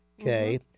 okay